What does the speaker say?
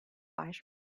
var